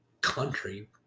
country